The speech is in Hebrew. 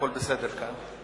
הכול בסדר כאן.